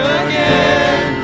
again